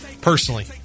personally